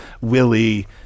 Willie